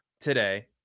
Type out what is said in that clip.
today